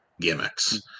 gimmicks